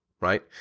right